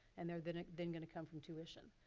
and they're then then gonna come from tuition.